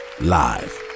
live